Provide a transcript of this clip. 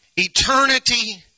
Eternity